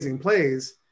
plays